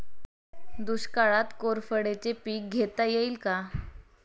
दुष्काळात कोरफडचे पीक घेता येईल का?